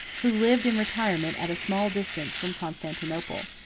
who lived in retirement at a small distance from constantinople.